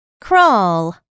Crawl